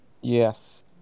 Yes